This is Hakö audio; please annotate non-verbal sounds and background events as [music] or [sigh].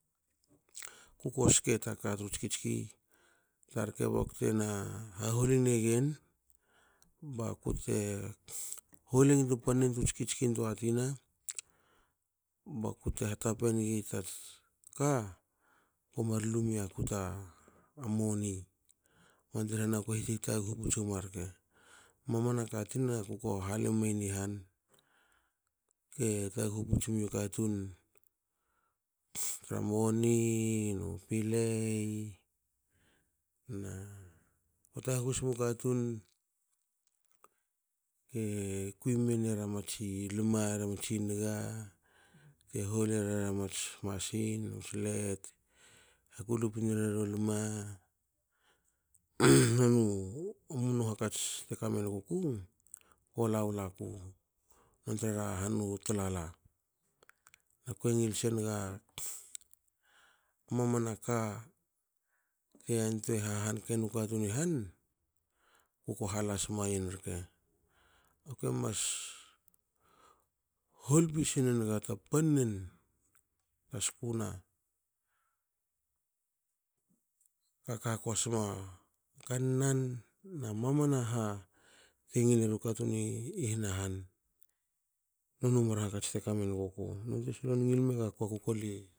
Kuko ske taka tru tski tski karke baktena haholi negen bakute hole nig tu pannen tu tskitskin tua tina. bakute hatape nigi tats ka komar lumiaku ta moni bante rhena kue hit haitaguhu puts wogma rke. Mamana ka tina kuko halemen i han ke taguhu puts miu katun tra moni nu pilei na ko taguhu smu katun ke kui min era matsi a natsi lma ramatsi niga, bte holera mats masin mats let bte hakulupi nere ro lme [noise] nonu hakats te kamenguku kola wolaku nontre ra han u tulala. Aku ngil senaga mamana ka antuei hahan kenu katun i han kuko halas mayen rke. Akue mas hol pi nokune naga pannen a skuna ka hak hakosma kannan na mamana ha te ngile ru katun i hana han, noni u mar hakats tekamenguku nonte solon ngil megaku kuko